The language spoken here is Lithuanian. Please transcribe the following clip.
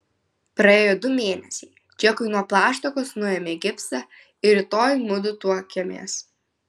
praėjo du mėnesiai džekui nuo plaštakos nuėmė gipsą ir rytoj mudu tuokiamės